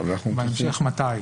בהמשך מתי?